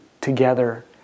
together